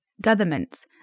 governments